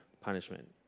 punishment